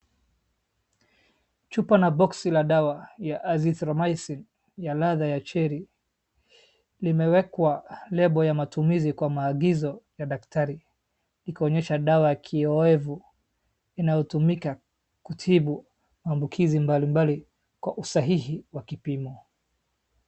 Chupa na boksi la dawa ya Azithromycin ya ladha ya cherry limewekwa label ya matumizi kwa maagizo ya daktari ikionyesha dawa ya kioevu inayotumika kutibu maambukizi mbalimbali kwa usahihi wa kipimo.